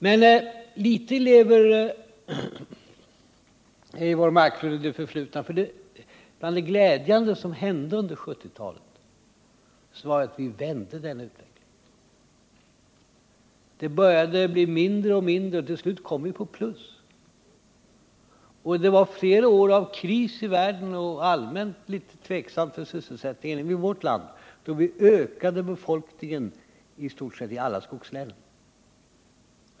Men litet lever väl Eivor Marklund i det förflutna, för bland det glädjande som hände under 1970-talet var att vi vände denna utveckling och till slut hamnade på plus. Under flera år av kris i världen och allmänt besvärligt för sysselsättningen även i vårt land ökade i stort sett befolkningen i alla skogslän.